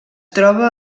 troba